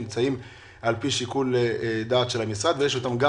אלא נמצאים על פי שיקול הדעת של המשרד ויש אותם גם